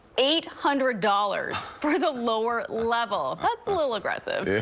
eight hundred dollars for the lower level. that's a little aggressive. yeah